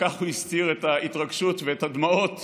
וכך הוא הסתיר את ההתרגשות ואת הדמעות